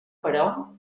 però